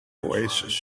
oasis